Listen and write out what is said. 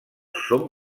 són